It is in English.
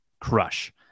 crush